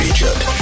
Egypt